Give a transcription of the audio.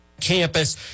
campus